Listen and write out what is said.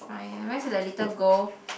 fine just that the little girl